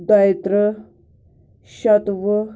دۄیہِ ترٕٛہ شَتوُہ